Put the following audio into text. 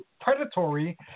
predatory